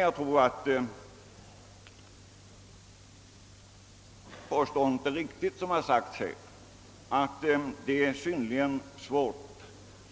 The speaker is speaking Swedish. Jag tror det påstående som gjorts att det är synnerligen svårt